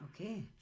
Okay